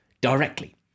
directly